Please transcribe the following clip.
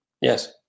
Yes